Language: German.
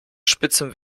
spitzem